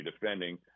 defending